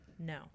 No